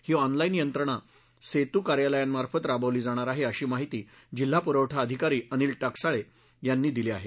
ही online यंत्रणा सेतू कार्यालयांमार्फत राबवली जाणार आहे अशी माहिती जिल्हा पुरवठा अधिकारी अनिल टकसाळे यांनी दिली आहे